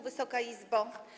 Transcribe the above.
Wysoka Izbo!